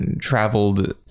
traveled